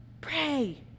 pray